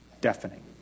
deafening